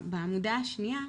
בעמודה השניה,